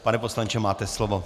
Pane poslanče, máte slovo.